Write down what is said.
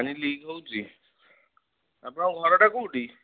ପାଣି ଲିକ୍ ହେଉଛି ଆପଣଙ୍କ ଘରଟା କେଉଁଠି